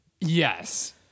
yes